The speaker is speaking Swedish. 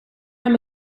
kan